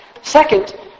Second